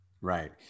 Right